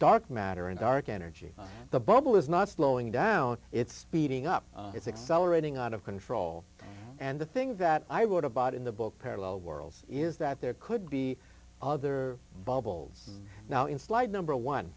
dark matter and dark energy the bubble is not slowing down it's speeding up it's accelerating out of control and the thing that i wrote about in the book parallel worlds is that there could be other bubbles now in slide number one